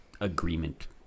agreement